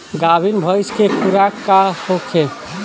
गाभिन भैंस के खुराक का होखे?